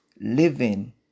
living